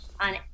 on